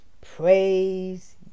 Praise